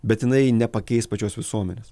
bet jinai nepakeis pačios visuomenės